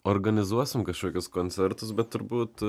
organizuosim kažkokius koncertus bet turbūt